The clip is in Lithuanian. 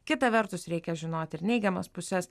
kita vertus reikia žinoti ir neigiamas puses